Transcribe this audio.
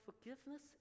forgiveness